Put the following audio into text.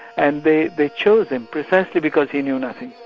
and they they chose him precisely because he knew nothing.